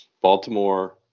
Baltimore